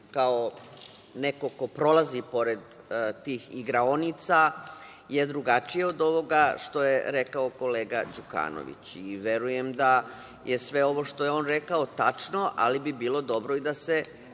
kao neko ko prolazi pored tih igraonica je drugačiji od ovoga što je rekao kolega Đukanović i verujem da je sve ovo što je on rekao tačno, ali bi bilo dobro i da se